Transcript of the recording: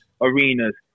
Arenas